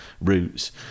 routes